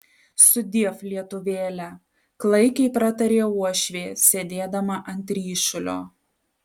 sudiev lietuvėle klaikiai pratarė uošvė sėdėdama ant ryšulio